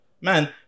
man